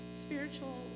spiritual